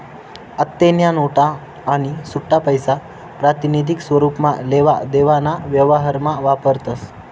आत्तेन्या नोटा आणि सुट्टापैसा प्रातिनिधिक स्वरुपमा लेवा देवाना व्यवहारमा वापरतस